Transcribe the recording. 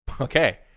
Okay